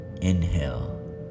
inhale